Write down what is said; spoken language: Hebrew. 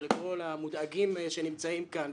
וגם לכל המודאגים כאן,